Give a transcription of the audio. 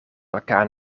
elkaar